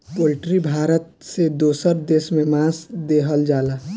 poultry Bharat से दोसर देश में मांस देहल जाला